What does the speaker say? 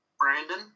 Brandon